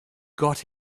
got